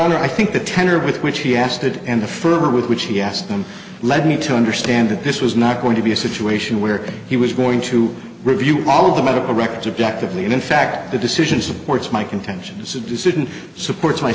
honor i think the tenor with which he asked it and the further with which he asked them led me to understand that this was not going to be a situation where he was going to review all the medical records objectively and in fact the decision supports my contentions a decision supports my